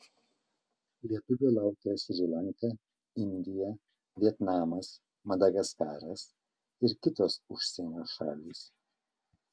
lietuvio laukia šri lanka indija vietnamas madagaskaras ir kitos užsienio šalys